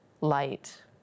light